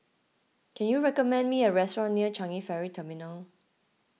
can you recommend me a restaurant near Changi Ferry Terminal